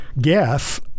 guess